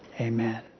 Amen